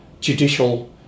judicial